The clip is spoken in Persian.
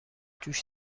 جوش